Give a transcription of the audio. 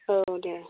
औ दे